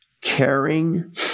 caring